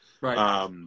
Right